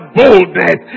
boldness